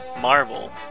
Marvel